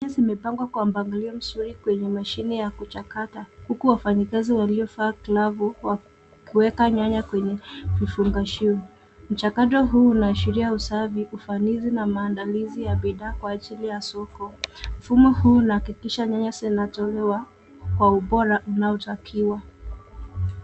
Nyanya zimepangwa kwa mpangilio mzuri kwenye mashine ya kuchakata, huku wafanyakazi waliovaa glavu wakiweka nyanya kwenye vifungashio. Mchakato huu unaashiria usafi, ufanisi na maandalizi ya bidhaa kwa ajili ya soko. Mfumo huu unahakikisha nyanya zinatolewa kwa ubora unaotakiwa.